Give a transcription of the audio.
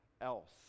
else